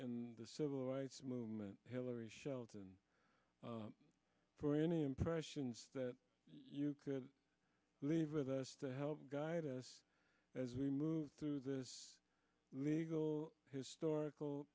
in the civil rights movement hilary shelton for any impressions that you could leave of us to help guide us as we move through this historical